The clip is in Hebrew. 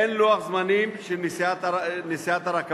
אין לוח זמנים של נסיעת הרכבות.